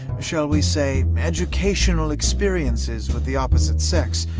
shall we say, educational experiences with the opposite sex,